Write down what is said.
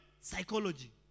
Psychology